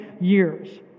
years